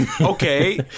Okay